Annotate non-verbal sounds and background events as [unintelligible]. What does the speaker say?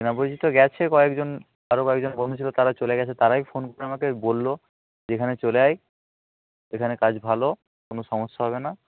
[unintelligible] তো গেছে কয়েকজন আরও কয়েকজন বন্ধু ছিল তারা চলে গেছে তারাই ফোন করে আমাকে বললো যে এখানে চলে আয় এখানে কাজ ভালো কোনো সমস্যা হবে না